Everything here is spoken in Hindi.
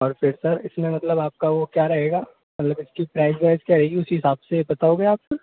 और फिर सर इसमें मतलब आपका वह क्या लगेगा मतलब इसकी प्राइज़ वाइज़ क्या रहेगी किस हिसाब से बताओगे आप सर